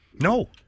No